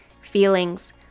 feelings